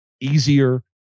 easier